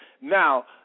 Now